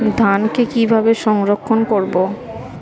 ধানকে কিভাবে সংরক্ষণ করব?